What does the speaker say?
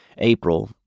April